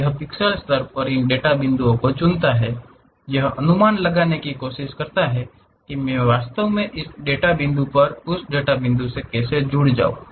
यह पिक्सेल स्तर पर इन डेटा बिंदुओं को चुनता है यह अनुमान लगाने की कोशिश करता है कि मैं वास्तव में इस डेटा बिंदु पर उस डेटा बिंदु से कैसे जुड़ सकता हूं